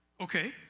Okay